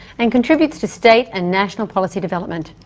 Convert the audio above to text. and contributes to state and national policy development.